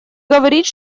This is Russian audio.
говорить